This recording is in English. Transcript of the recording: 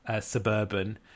suburban